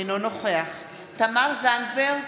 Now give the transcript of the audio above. אינו נוכח תמר זנדברג,